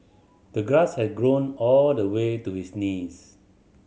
the grass had grown all the way to his knees